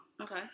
Okay